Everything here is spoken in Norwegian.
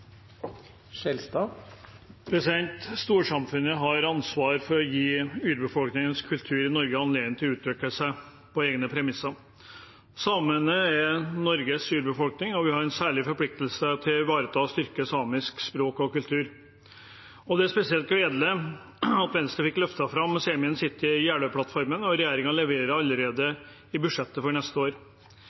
reindriftsnæringen. Storsamfunnet har ansvar for å gi urbefolkningens kultur i Norge anledning til å utvikle seg på egne premisser. Samene er Norges urbefolkning, og vi har en særlig forpliktelse til å ivareta og styrke samiske språk og samisk kultur. Det er spesielt gledelig at Venstre fikk løftet fram Saemien Sijte i Jeløya-plattformen, og regjeringen leverer allerede i budsjettet for neste år,